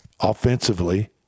offensively